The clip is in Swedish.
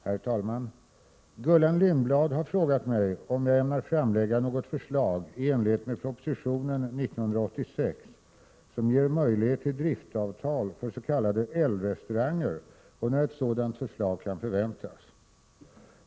Herr talman! Gullan Lindblad har fråga mig om jag ämnar framlägga något förslag i enlighet med propositionen 1986 som ger möjlighet till driftavtal för s.k. L-restauranger och när ett sådant förslag kan förväntas.